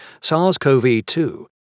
SARS-CoV-2